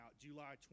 July